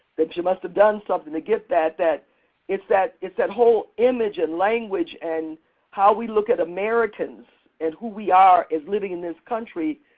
that she must've done something to get that. that it's that it's that whole image and language and how we look at americans and who we are living in this country,